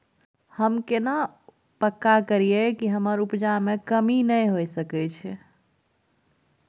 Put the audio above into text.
हम केना पक्का करियै कि हमर उपजा में नमी नय होय सके छै?